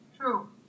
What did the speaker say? True